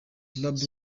laura